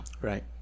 Right